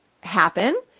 happen